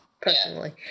personally